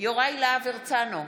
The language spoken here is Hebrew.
יוראי להב הרצנו,